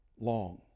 long